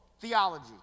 theology